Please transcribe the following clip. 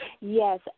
Yes